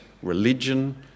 Religion